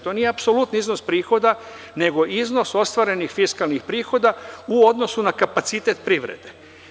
To nije apsolutni iznos prihoda, nego iznos ostvarenih fiskalnih prihoda u odnosu na kapacitet privrede.